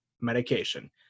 medication